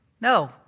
no